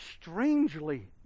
strangely